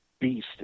beast